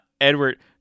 Edward